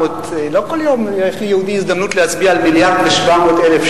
לא כל יום יש ליהודי הזדמנות להצביע על 1.7 מיליארד שקל,